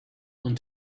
want